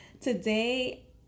Today